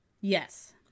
yes